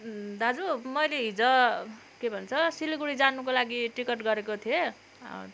दाजु मैले हिजो के भन्छ सिलगढी जानुको लागि टिकट गरेको थिएँ